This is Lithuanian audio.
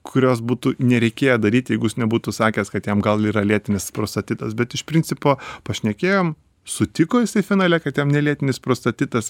kurios būtų nereikėję daryt jeigu jis nebūtų sakęs kad jam gal yra lėtinis prostatitas bet iš principo pašnekėjom sutiko jisai finale kad jam ne lėtinis prostatitas